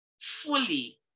fully